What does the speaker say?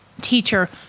teacher